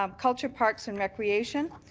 um culture, parks and recreation.